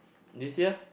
this year